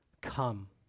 come